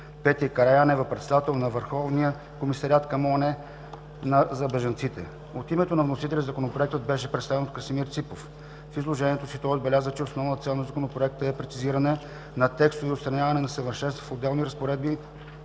Петя Караянева – представител на Върховния комисариат към ООН за бежанците. От името на вносителя Законопроектът беше представен от Красимир Ципов. В изложението си той отбеляза, че основна цел на Законопроекта е прецизиране на текстове и отстраняване на несъвършенства в отделни разпоредби